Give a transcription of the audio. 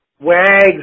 Wags